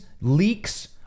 leaks